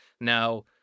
Now